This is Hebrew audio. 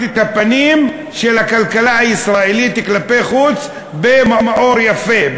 הפנים של הכלכלה הישראלית כלפי חוץ באור יפה,